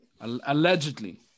allegedly